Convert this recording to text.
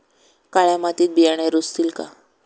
काळ्या मातीत बियाणे रुजतील का?